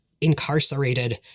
incarcerated